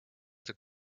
took